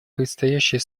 предстоящей